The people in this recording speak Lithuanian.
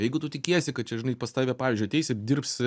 jeigu tu tikiesi kad čia žinai pas tave pavyzdžiui ateis ir dirbs